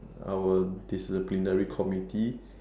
our disciplinary committee